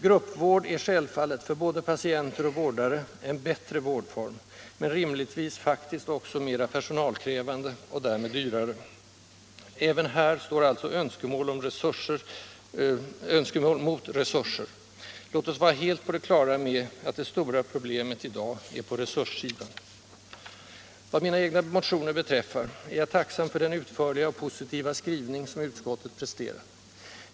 Gruppvård är självfallet för både patienter och vårdare en bättre vårdform, men rimligtvis också mera personalkrävande och därmed dyrare. Även här står alltså önskemål mot resurser. Låt oss vara helt på det klara med att det stora problemet i dag ligger på resursområdet. Vad mina egna motioner beträffar är jag tacksam för den utförliga och positiva skrivning som utskottet presterat.